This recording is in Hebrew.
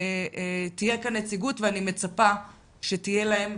תהיה כאן נציגות ואני מצפה שתהיה להם